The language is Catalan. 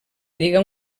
lliga